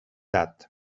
hat